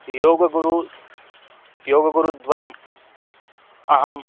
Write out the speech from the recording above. योगगुरुः योगगुरुद्वयम् अहं